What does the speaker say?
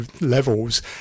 levels